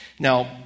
Now